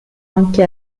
anche